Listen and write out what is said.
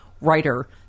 writer